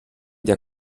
der